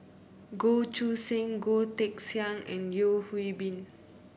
Goh Choo San Goh Teck Sian and Yeo Hwee Bin